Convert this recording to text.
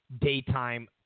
daytime